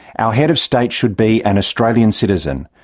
our head of state should be an australian citizen,